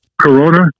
Corona